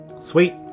Sweet